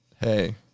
Hey